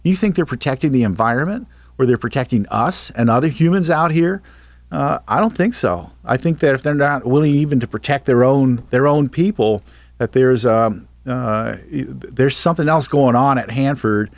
you think they're protecting the environment where they're protecting us and other humans out here i don't think so i think that if they're not willing even to protect their own their own people that there is there's something else going on at hanford